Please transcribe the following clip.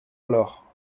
alors